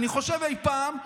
ואני חושב אי פעם,